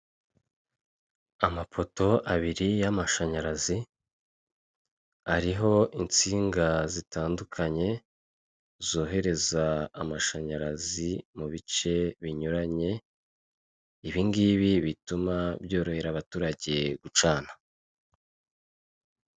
Amapoto abiri y'amashanyarazi, ariho insinga zitandukanye, zohereza amashanyarazi mubice binyuranye, ibingibi bituma byorohera abaturage mugucana.